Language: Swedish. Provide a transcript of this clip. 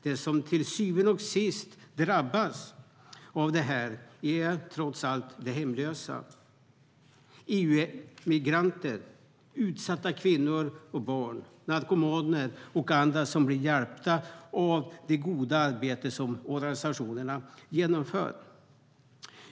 De som till syvende och sist drabbas av detta är trots allt de hemlösa, EU-migranter, utsatta kvinnor och barn, narkomaner och andra som blir hjälpta av det goda arbete som organisationerna genomför.